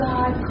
God